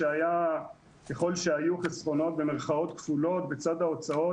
ככל שהיו "חסכונות" במירכאות כפולות בצד ההוצאות,